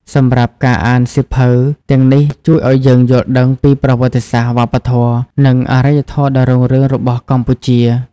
សម្រាប់ការអានសៀវភៅទាំងនេះជួយឲ្យយើងយល់ដឹងពី ប្រវត្តិសាស្ត្រ វប្បធម៌ និងអរិយធម៌ដ៏រុងរឿងរបស់កម្ពុជា។